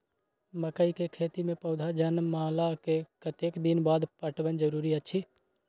मकई के खेती मे पौधा जनमला के कतेक दिन बाद पटवन जरूरी अछि?